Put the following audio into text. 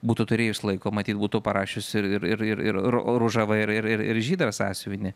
būtų turėjus laiko matyt būtų parašiusi ir ir ir ružavą ir ir ir žydrą sąsiuvinį